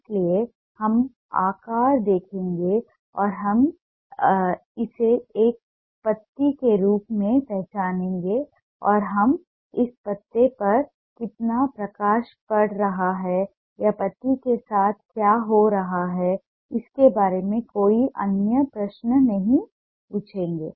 इसलिए हम आकार देखेंगे और हम इसे एक पत्ती के रूप में पहचानेंगे और हम इस पत्ते पर कितना प्रकाश पड़ रहा है या पत्ती के साथ क्या हो रहा है इसके बारे में कोई अन्य प्रश्न नहीं पूछेंगे